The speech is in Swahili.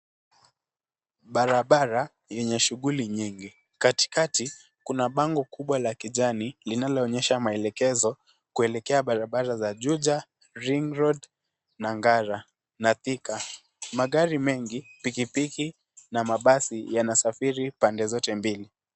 Barabara yenye shughuli nyingi. Katikati, kuna bango kubwa la kijani linaloonyesha maelekezo kuelekea barabara za Juja, Ring Road na Ngara na Thika. Magari mengi, pikipiki na mabasi yanasafiri pande zote mbili.